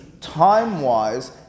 time-wise